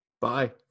Bye